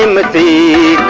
um with the